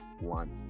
one